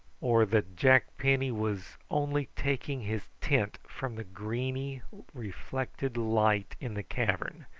or that jack penny was only taking his tint from the greeny reflected light in the cavern,